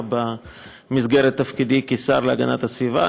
במסגרת תפקידי כשר להגנת הסביבה.